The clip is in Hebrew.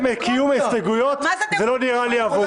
קיום ההסתייגויות זה לא נראה לי עבודה.